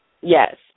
Yes